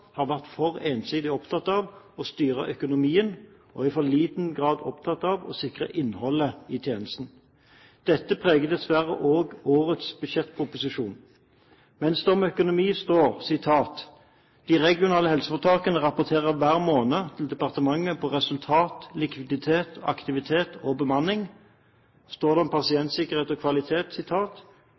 har vært for ensidig opptatt av å styre økonomien og i for liten grad opptatt av å sikre innholdet i tjenestene. Dette preger dessverre også årets budsjettproposisjon. Om økonomi står det: «De regionale helseforetakene rapporterer hver måned til departementet på resultat, likviditet, aktivitet og bemanning.» Men om pasientsikkerhet og kvalitet